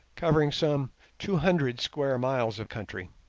covering some two hundred square miles of country